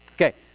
Okay